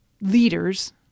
leaders